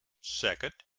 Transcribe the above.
second.